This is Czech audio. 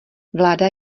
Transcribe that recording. vláda